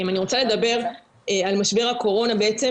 אני רוצה לדבר על משבר הקורונה בעצם,